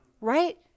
right